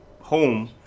home